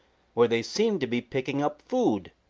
where they seemed to be picking up food.